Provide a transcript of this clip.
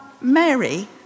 Mary